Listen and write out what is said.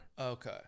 okay